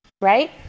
Right